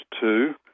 two